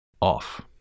off